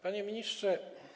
Panie Ministrze!